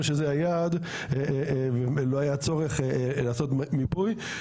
שזה היעד ולא היה צורך לעשות מיפוי,